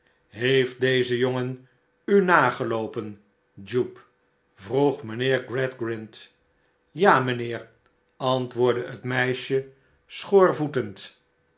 heeft deze jongen u nageloopen jupe vroeg mijnheer gradgrind ja mijnheer antwoordde het meisje schoorvoetend